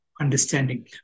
Understanding